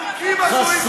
הכול מביא למצב הזה.